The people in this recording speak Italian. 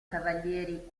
cavalieri